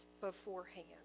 beforehand